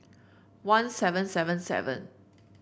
one seven seven seven